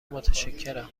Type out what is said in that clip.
متشکرم